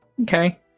Okay